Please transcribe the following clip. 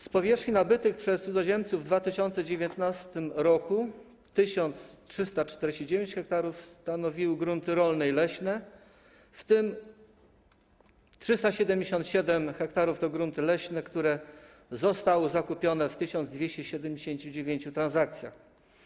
Z powierzchni nabytych przez cudzoziemców w 2019 r. 1349 ha stanowiły grunty rolne i leśne, w tym 377 ha to grunty leśne, które zostały zakupione w przypadku 1279 transakcji.